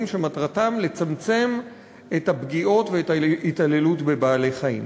שמטרתם לצמצם את הפגיעות ואת ההתעללות בבעלי-חיים.